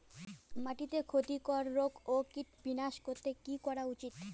মাটিতে ক্ষতি কর রোগ ও কীট বিনাশ করতে কি করা উচিৎ?